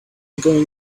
going